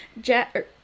Jack